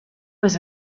was